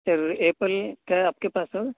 سر Apple کا آپ کے پاس ہوگا